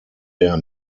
der